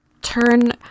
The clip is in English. turn